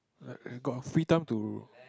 like got free time to